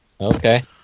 Okay